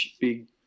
big